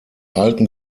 alten